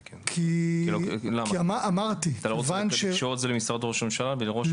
אתה לא רוצה לקשור את זה למשרד ראש הממשלה ולראש ממשלה?